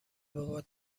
بابات